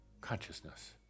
consciousness